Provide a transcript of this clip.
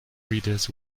readers